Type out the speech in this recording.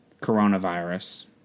Coronavirus